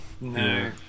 No